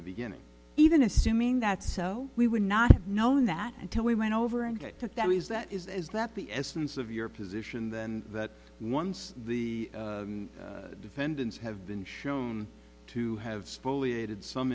the beginning even assuming that so we would not have known that until we went over and get to them is that is that the essence of your position then that once the defendants have been shown to have some